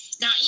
now